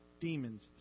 demons